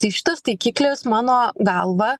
tai šitas taikiklis mano galva